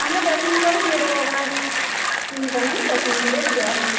আমরা প্যাকিং করে দিয়ে দেব আপনার চিন্তা নেই প্যাকিং করেই দেওয়া হবে